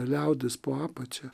liaudis po apačia